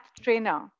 trainer